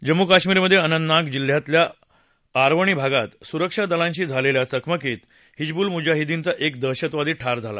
जम्मू कश्मीरमधे अनंतनाग जिल्ह्यातल्या आरवणी भागात सुरक्षा दलांशी झालेल्या चकमकीत हिजबूल मुजाहिदीनचा एक दहशतवादी ठार झाला